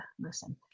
listen